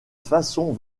façon